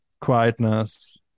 quietness